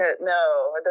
no